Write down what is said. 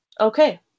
Okay